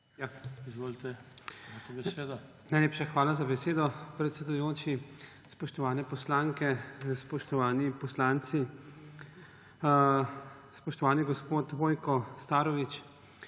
Najlepša hvala za besedo, predsedujoči. Spoštovane poslanke, spoštovani poslanci! Spoštovani gospod Vojko Starović,